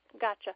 gotcha